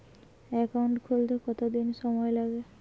Account খুলতে কতদিন সময় লাগে?